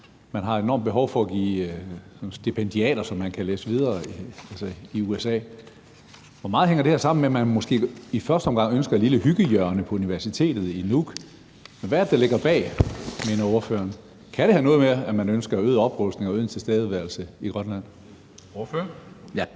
man har et enormt behov for at give stipendier, så man kan læse videre i USA? Hvad mener ordføreren der ligger bag, at man måske i første omgang ønsker et lille hyggehjørne på universitetet i Nuuk? Kan det have noget at gøre med, at man ønsker øget oprustning og øget tilstedeværelse i Grønland? Kl.